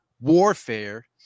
warfare